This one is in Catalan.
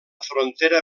frontera